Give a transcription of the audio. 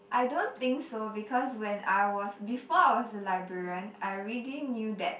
I don't think so because when I was before I was a librarian I already knew that